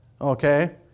Okay